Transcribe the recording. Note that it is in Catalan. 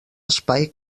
espai